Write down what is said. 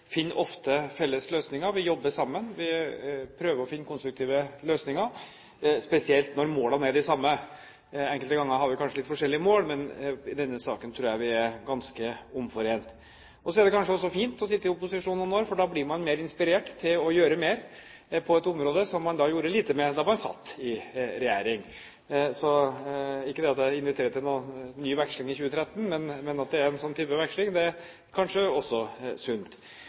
finner ofte felles løsninger. Vi jobber sammen. Vi prøver å finne konstruktive løsninger, spesielt når målene er de samme. Enkelte ganger har vi kanskje litt forskjellige mål, men i denne saken tror jeg vi er ganske omforente. Det er kanskje også fint å sitte i opposisjon noen år, for da blir man mer inspirert til å gjøre mer på et område som man gjorde lite med da man satt i regjering. Ikke det at jeg inviterer til noen ny veksling i 2013, men at det er en slik type veksling, er kanskje også sunt.